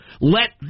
let